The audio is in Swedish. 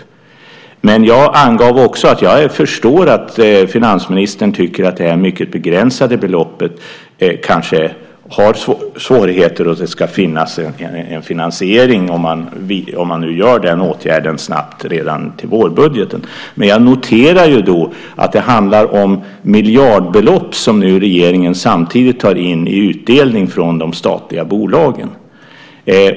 Jag angav också att jag förstår att finansministern tycker att det här mycket begränsade beloppet kanske innebär svårigheter och att det ska finnas en finansiering om man vidtar åtgärden snabbt, redan till vårbudgeten. Men jag noterar att det samtidigt handlar om miljardbelopp som regeringen tar in i utdelning från de statliga bolagen.